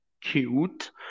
cute